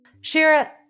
shira